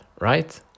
right